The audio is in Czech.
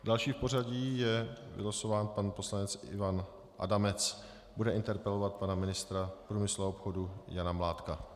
Další v pořadí je vylosován pan poslanec Ivan Adamec, bude interpelovat pana ministra průmyslu a obchodu Jana Mládka.